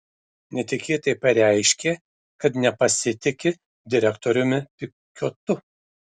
netikėtai pareiškė kad nepasitiki direktoriumi pikiotu